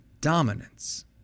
dominance